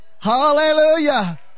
hallelujah